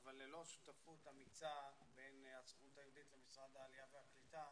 אבל ללא שותפות אמיצה בין הסוכנות היהודית למשרד העלייה והקליטה